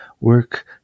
work